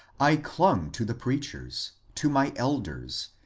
i clung to the preachers, to my elders,